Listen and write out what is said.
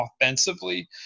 offensively